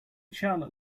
charlotte